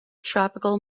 tropical